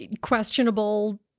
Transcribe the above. questionable